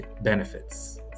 benefits